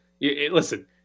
listen